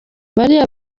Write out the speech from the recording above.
bariya